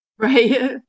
Right